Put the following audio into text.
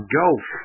golf